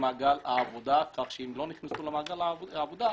למעגל העבודה ואם הן לא נכנסו למעגל העבודה,